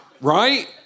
right